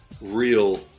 real